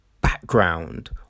background